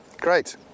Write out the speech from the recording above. Great